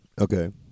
Okay